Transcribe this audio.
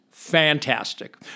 Fantastic